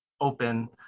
open